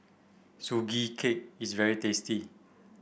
Sugee Cake is very tasty